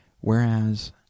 Whereas